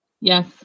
yes